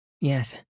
Yes